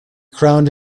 crowned